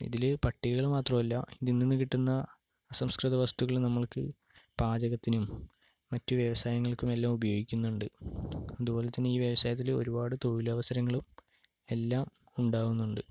ഇതിൽ പട്ടികകൾ മാത്രമല്ല ഇതിൽനിന്ന് കിട്ടുന്ന അസംസ്കൃത വസ്തുക്കൾ നമ്മൾക്ക് പാചകത്തിനും മറ്റു വ്യവസ്സായങ്ങൾക്കും എല്ലാം ഉപയോഗിക്കുന്നുണ്ട് അതുപോലെതന്നെ ഈ വ്യവസായത്തിലെ ഒരുപാട് തൊഴിലവസരങ്ങൾ എല്ലാം ഉണ്ടാകുന്നുണ്ട്